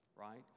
right